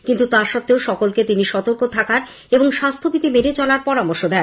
কিন্তু তা সত্ত্বেও সকলকে তিনি সতর্ক থাকার এবং স্বাস্থ্যবিধি মেনে চলার পরামর্শ দেন